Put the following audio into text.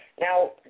Now